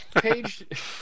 Page